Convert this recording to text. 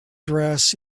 dress